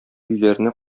өйләренә